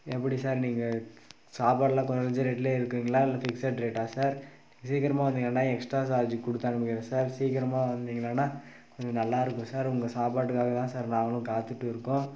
எப்படி சார் நீங்கள் சாப்பாடுலாம் குறைஞ்ச ரேட்லேயே இருக்குங்களா இல்லை ஃபிக்ஸட் ரேட்டா சார் சீக்கிரமாக வந்தீங்கன்னா எக்ஸ்ட்டா சார்ஜ் கொடுத்து அனுப்புவேன் சார் சீக்கிரமாக வந்தீங்கன்னா கொஞ்சம் நல்லா இருக்கும் சார் உங்கள் சாப்பாட்டுக்காக தான் சார் நாங்களும் காத்துகிட்டு இருக்கோம்